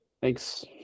Thanks